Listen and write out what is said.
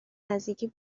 نزدیکی